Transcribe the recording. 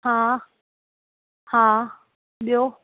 हा हा ॿियो